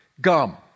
gum